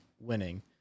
winning